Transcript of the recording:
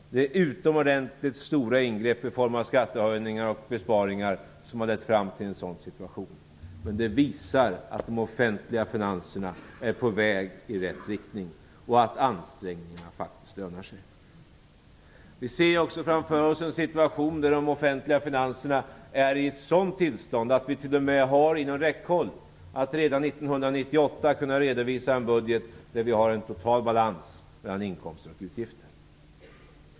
Det är utomordentligt stora ingrepp i form av skattehöjningar och besparingar som har lett fram till en sådan situation. Men det visar att de offentliga finanserna är på väg i rätt riktning och att ansträngningarna faktiskt lönar sig. Vi ser också framför oss en situation där de offentliga finanserna är i ett sådant tillstånd att vi t.o.m. har inom räckhåll att redan 1998 kunna redovisa en budget där vi har en total balans mellan inkomster och utgifter.